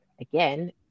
again